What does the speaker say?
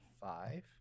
Five